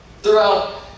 Throughout